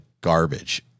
garbage